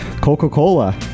coca-cola